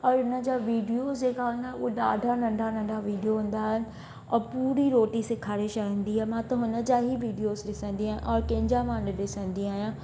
और हिन जा वीडियोसि जेका आहिनि हूअ ॾाढा नंढा नंढा वीडियो हूंदा अथन और पूरी रोटी सेखारे छॾींदी आहे त हुन जा ई वीडियोस डिसंदी आहियां और कंहिंजा मां न ॾिसंदी आहियां